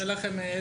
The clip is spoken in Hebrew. מאץ'.